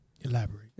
Elaborate